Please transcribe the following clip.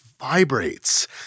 vibrates